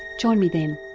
join me then,